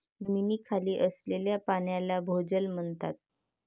जमिनीखाली असलेल्या पाण्याला भोजल म्हणतात